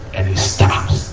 and he stops.